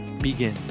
begin